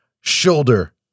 shoulder